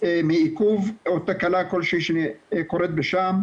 מעיכוב או תקלה כלשהיא שקורית בשע"ם,